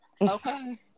Okay